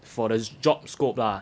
for the job scope lah